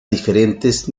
diferentes